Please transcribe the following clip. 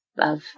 Love